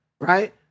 right